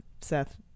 Seth